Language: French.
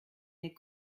est